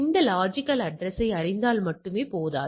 இந்த லொஜிக்கல் அட்ரஸ்யை அறிந்தால் மட்டுமே போதாது